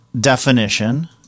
definition